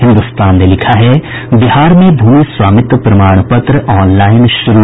हिन्दुस्तान ने लिखा है बिहार में भूमि स्वामित्व प्रमाण पत्र ऑनलाईन शुरू